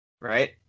Right